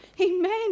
Amen